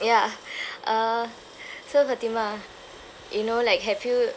ya uh so fatimah you know like have you